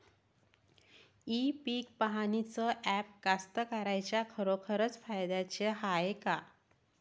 इ पीक पहानीचं ॲप कास्तकाराइच्या खरोखर फायद्याचं हाये का?